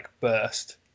burst